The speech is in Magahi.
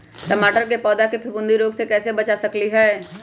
टमाटर के पौधा के फफूंदी रोग से कैसे बचा सकलियै ह?